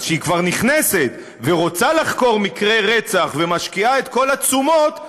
אז כשהיא כבר נכנסת ורוצה לחקור מקרה רצח ומשקיעה את כל התשומות,